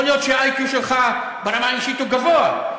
יכול להיות שה-IQ שלך ברמה האישית הוא גבוה,